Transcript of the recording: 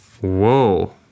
Whoa